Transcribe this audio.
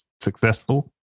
successful